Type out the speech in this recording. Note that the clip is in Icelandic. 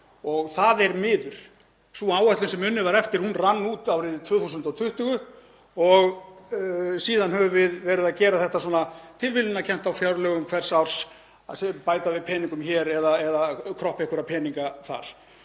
og það er miður. Sú áætlun sem unnið var eftir rann út árið 2020 og síðan höfum við verið að gera þetta svona tilviljanakennt í fjárlögum hvers árs, bæta við peningum hér eða kroppa einhverja peninga þar.